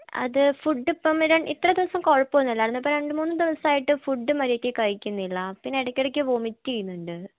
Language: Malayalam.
അത് ഫുഡിപ്പം ഇത്ര ദിവസം കൊഴപ്പോന്നുമില്ലായിരുന്നു ഇപ്പോൾ രണ്ട് മൂന്ന് ദിവസമായിട്ട് ഫുഡ് മര്യാദയ്ക്ക് കഴിക്കുന്നില്ല പിന്നെ ഇടക്കിടക്ക് വോമിറ്റ് ചെയ്യുന്നുണ്ട്